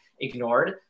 ignored